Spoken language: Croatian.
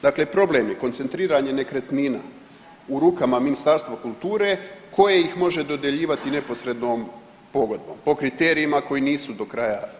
Dakle problem je koncentriranje nekretnina u rukama Ministarstva kulture koje ih može dodjeljivati neposrednom pogodbom po kriterijima koji nisu do kraja jasni.